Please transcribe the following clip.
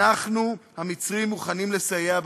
אנחנו המצרים מוכנים לסייע בביטחון.